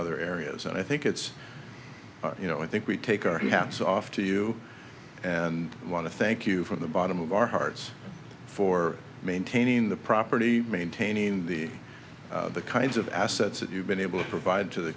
other areas and i think it's you know i think we take our hats off to you and i want to thank you from the bottom of our hearts for maintaining the property maintaining the the kinds of assets that you've been able to provide to the